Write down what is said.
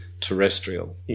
terrestrial